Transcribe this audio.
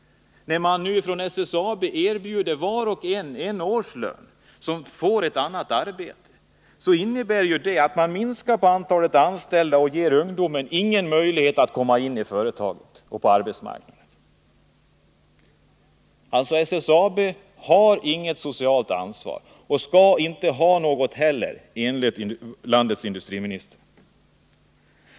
När SSAB nu erbjuder var och en som får ett annat arbete en hel årslön innebär det att man minskar antalet anställda vid företaget. Därmed ger man inte ungdomarna någon möjlighet att komma in på företaget och därmed på arbetsmarknaden. SSAB har alltså inget socialt ansvar och skall inte ha något heller enligt landets industriminister.